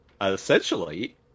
Essentially